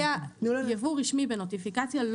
בייבוא רשמי בנוטיפיקציה.